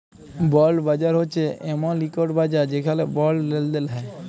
বল্ড বাজার হছে এমল ইকট বাজার যেখালে বল্ড লেলদেল হ্যয়